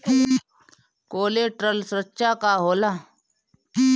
Collateral सुरक्षा का होला?